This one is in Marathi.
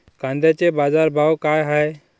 कांद्याचे बाजार भाव का हाये?